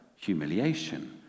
humiliation